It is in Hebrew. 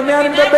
על מי אני מדבר?